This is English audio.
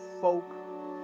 folk